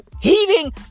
Heating